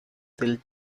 del